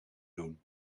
doen